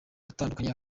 atandukanye